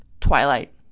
Twilight